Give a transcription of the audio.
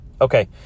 Okay